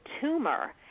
tumor